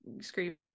screaming